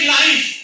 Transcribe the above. life